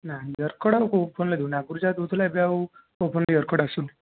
ନା ear cord ଆଉ କେଉଁ ଫୋନ ରେ ଦେଉନି ଆଗରୁ ଯାହା ଦେଉଥିଲା ଏବେ ଇୟର କର୍ଡ଼ ଆସୁନି